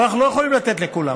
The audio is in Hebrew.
אבל אנחנו לא יכולים לתת לכולם.